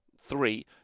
three